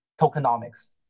tokenomics